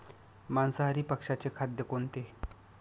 मांसाहारी पक्ष्याचे खाद्य कोणते?